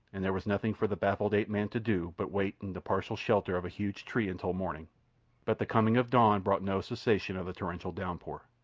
and there was nothing for the baffled ape-man to do but wait in the partial shelter of a huge tree until morning but the coming of dawn brought no cessation of the torrential downpour.